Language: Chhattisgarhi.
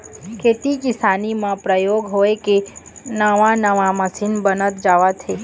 खेती किसानी म परयोग होय के नवा नवा मसीन बनत जावत हे